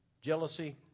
Jealousy